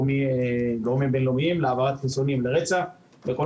מגורמים בין-לאומיים להעברת חיסונים לרצ"ע בכל